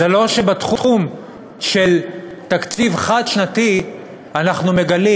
זה לא שבתחום של תקציב חד-שנתי אנחנו מגלים